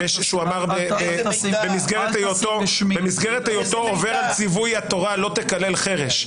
-- שאמר במסגרת היותו עובר ציווי התורה לא תקלל חרש.